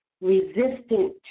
resistant